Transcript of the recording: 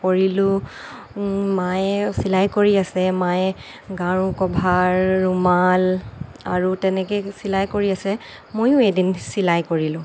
কৰিলোঁ মায়ে চিলাই কৰি আছে মায়ে গাৰু কভাৰ ৰুমাল আৰু তেনেকে চিলাই কৰি আছে ময়ো এদিন চিলাই কৰিলোঁ